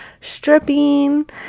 Stripping